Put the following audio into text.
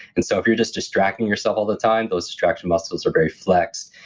and so if you're just distracting yourself all the time, those distraction muscles are very flexed.